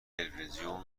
تلویزیون